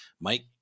Mike